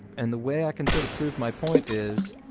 and the way i can sort of prove my point is,